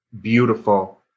beautiful